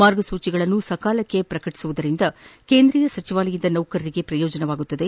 ಮಾರ್ಗಸೂಚಿಗಳನ್ನು ಸಕಾಲಕ್ಕೆ ಪ್ರಕಟಿಸುವುದರಿಂದ ಕೇಂದ್ರೀಯ ಸಚಿವಾಲಯದ ನೌಕರರಿಗೆ ಪ್ರಯೋಜನವಾಗುತ್ತದೆ